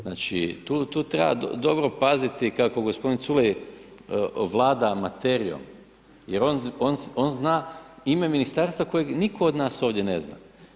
Znači tu treba dobro paziti kako gospodin Culej vlada materijom, jer on zna ime ministarstva kojeg nitko od nas ovdje ne zna.